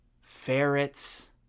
Ferrets